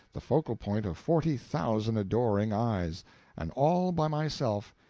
the focal point of forty thousand adoring eyes and all by myself,